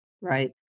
right